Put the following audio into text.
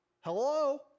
Hello